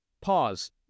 Pause